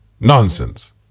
Nonsense